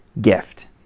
gift